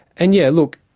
and yeah, look,